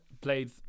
played